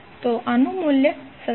તો આનું મૂલ્ય 17